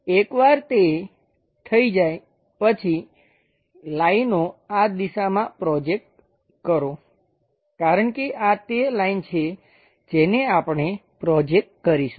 એકવાર તે થઈ જાય પછી લાઈનો આ દિશામાં પ્રોજેક્ટ કરો કારણ કે આ તે લાઈન છે જેને આપણે પ્રોજેક્ટ કરીશું